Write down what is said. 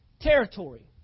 territory